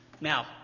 Now